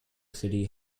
city